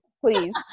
please